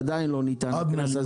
עדיין לא ניתן הקנס הזה.